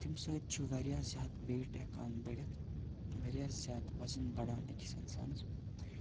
تمہِ سۭتۍ چھُ واریاہ زیادٕ ویٹ ہیٚکان بٔڑِتھ واریاہ زیادٕ وَزَن بَڑان أکِس اِنسانَس